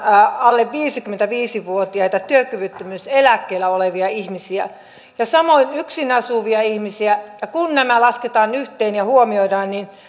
alle viisikymmentäviisi vuotiaita työkyvyttömyyseläkkeellä olevia ihmisiä ja samoin yksin asuvia ihmisiä ja kun nämä lasketaan yhteen ja huomioidaan niin